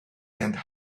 and